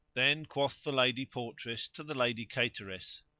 then quoth the lady portress to the lady cateress,